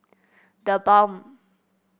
The Balm